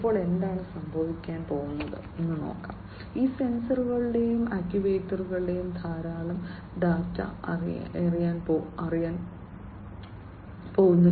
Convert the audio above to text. ഇപ്പോൾ എന്താണ് സംഭവിക്കാൻ പോകുന്നത് ഈ സെൻസറുകളും ആക്യുവേറ്ററുകളും ധാരാളം ഡാറ്റ എറിയാൻ പോകുന്നു